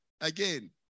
again